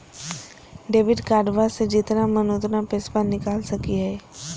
Debit कार्डबा से जितना मन उतना पेसबा निकाल सकी हय?